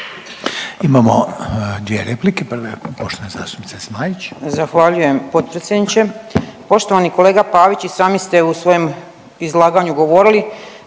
Imamo dvije replike, prva je poštovane zastupnice Zmaić. **Zmaić, Ankica (HDZ)** Zahvaljujem potpredsjedniče. Poštovani kolega Pavić i sami ste u svojem izlaganju govorili,